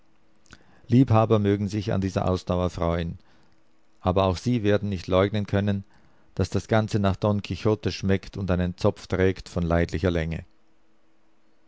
liebhaber mögen sich an dieser ausdauer freuen aber auch sie werden nicht leugnen können daß das ganze nach don quixote schmeckt und einen zopf trägt von leidlicher länge